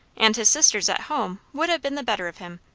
and his sisters at home would ha' been the better of him.